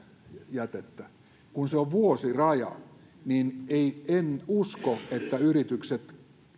jätettä se on vuosiraja ja ei en usko että yritykset